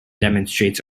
demonstrates